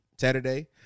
Saturday